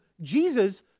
Jesus